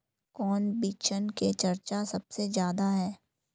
कौन बिचन के चर्चा सबसे ज्यादा है?